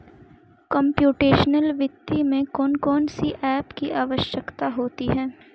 computational वित्त में कौन कौन सी एप की आवश्यकता होती है